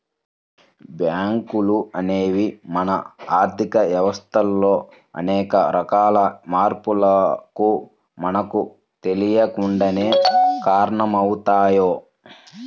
బ్యేంకులు అనేవి మన ఆర్ధిక వ్యవస్థలో అనేక రకాల మార్పులకు మనకు తెలియకుండానే కారణమవుతయ్